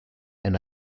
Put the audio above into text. and